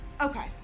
Okay